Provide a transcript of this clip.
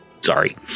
Sorry